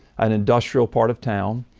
an industrial part of town.